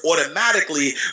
automatically